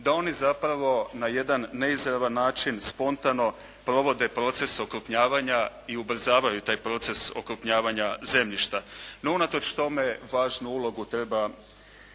da oni zapravo na jedan neizravan način spontano provode proces okrupnjavanja i ubrzavaju taj proces okrupnjavanja zemljišta. No, unatoč tome važnu ulogu treba